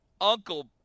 Uncle